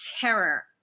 terror